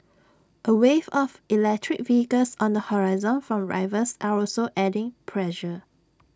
A wave of electric vehicles on the horizon from rivals are also adding pressure